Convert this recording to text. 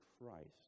Christ